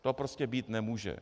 To prostě být nemůže.